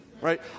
Right